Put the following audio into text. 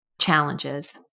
challenges